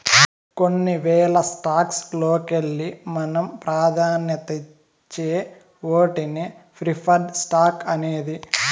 కొన్ని వేల స్టాక్స్ లోకెల్లి మనం పాదాన్యతిచ్చే ఓటినే ప్రిఫర్డ్ స్టాక్స్ అనేది